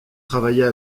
travaillait